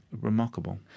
remarkable